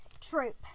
Troop